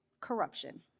corruption